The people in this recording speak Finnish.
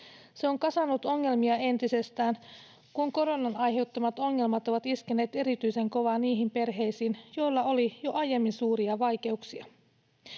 Se on kasannut ongelmia entisestään, kun koronan aiheuttamat ongelmat ovat iskeneet erityisen kovaa niihin perheisiin, joilla oli jo aiemmin suuria vaikeuksia.